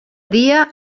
dia